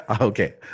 okay